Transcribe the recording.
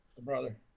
Brother